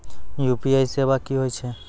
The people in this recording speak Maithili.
यु.पी.आई सेवा की होय छै?